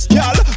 Girl